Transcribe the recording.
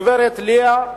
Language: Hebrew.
הגברת ליה,